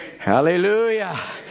Hallelujah